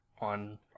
on